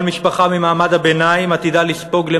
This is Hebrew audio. כל משפחה ממעמד הביניים עתידה לספוג יותר